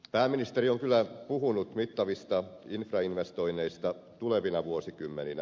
pääministeri on kyllä puhunut mittavista infrainvestoinneista tulevina vuosikymmeninä